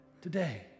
today